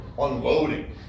unloading